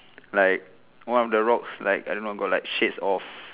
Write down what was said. like one of the rocks like I don't know got like shades of